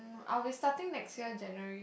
I'll be starting next year January